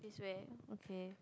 this way okay